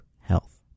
health